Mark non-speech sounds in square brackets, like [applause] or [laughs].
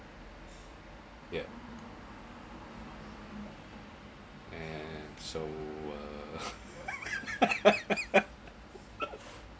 yeah and so uh [laughs]